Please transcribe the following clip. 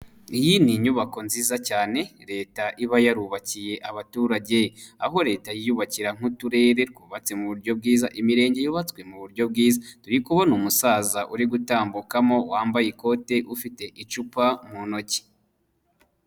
Iyi ni inyubako nziza cyane Leta iba yarubakiye abaturage, aho Leta yiyubakira nk'uturere twubatse mu buryo bwiza, imirenge yubatswe mu buryo bwiza, turi kubona umusaza uri gutambukamo wambaye ikote ufite icupa mu ntoki.